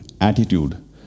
attitude